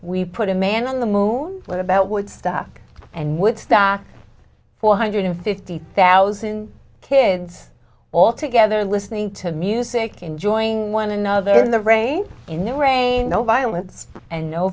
we put a man on the moon what about woodstock and woodstock four hundred fifty thousand kids all together listening to music enjoying one another in the rain in the rain no violence and no